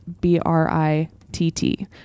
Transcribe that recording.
B-R-I-T-T